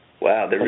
Wow